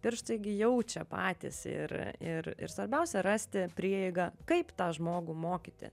pirštai gi jaučia patys ir a ir ir svarbiausia rasti prieigą kaip tą žmogų mokyti